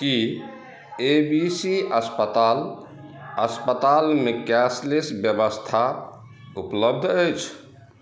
Ki A B C अस्पताल अस्पतालमे cashless ब्यबस्था उपलब्ध अछि